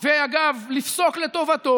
שהוא מגיש, ואגב, לפסוק לטובתו.